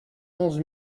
onze